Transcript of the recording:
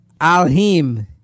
Alhim